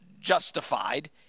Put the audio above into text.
justified